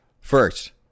first